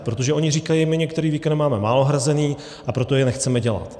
Protože oni říkají: my některé výkony máme málo hrazené, a proto je nechceme dělat.